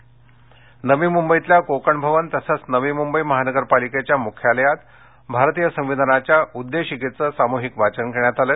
संविधान दिन नवी मुंबईतल्या कोकण भवन तसंच नवी मुंबई महानगरपालिकेच्या मुख्यालयात भारतीय संविधानाच्या उद्देशिकेचे सामूहिक वाचन करण्यात आलं